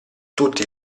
tutti